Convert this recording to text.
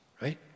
right